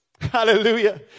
Hallelujah